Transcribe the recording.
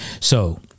So-